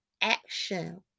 action